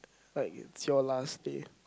like it's your last day